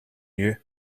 you